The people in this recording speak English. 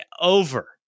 over